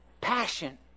Passion